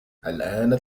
الآن